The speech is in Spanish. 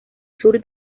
sur